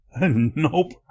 Nope